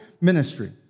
ministry